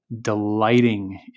delighting